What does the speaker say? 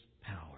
power